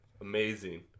amazing